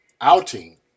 outing